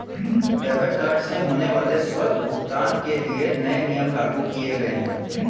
debit card से होने वाले स्वतः भुगतान के लिए नए नियम लागू किये गए है